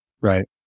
Right